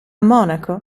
monaco